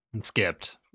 skipped